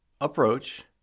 approach